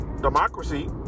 Democracy